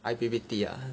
I_P_P_T ah